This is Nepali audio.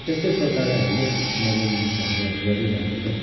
त्यस्तै प्रकारहरूले नारी मोर्चाहरूले अब गरिरहेको छ